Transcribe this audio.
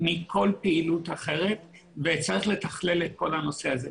מכל פעילות אחרת וצריך לתכלל את כל הנושא הזה.